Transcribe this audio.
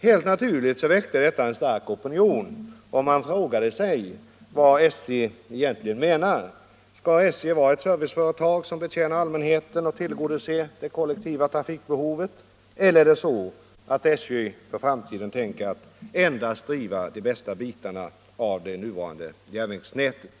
Helt naturligt väckte detta en stark opinion, och man frågade sig vad SJ egentligen menar. Skall SJ vara ett serviceorgan som betjänar allmänheten och tillgodoser behovet av kollektiv trafik eller tänker SJ för framtiden endast driva de bästa bitarna av det nuvarande järnvägsnätet?